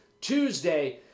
Tuesday